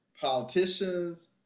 politicians